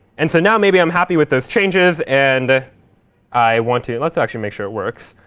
and so now maybe i'm happy with those changes, and i want to let's actually make sure it works?